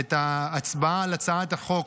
את ההצבעה על הצעת החוק,